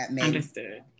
Understood